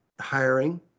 hiring